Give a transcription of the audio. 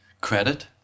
credit